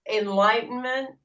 enlightenment